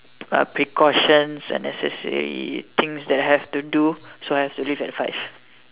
uh precautions and necessary things that I have to do so I have to leave at five